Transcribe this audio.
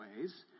ways